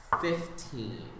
fifteen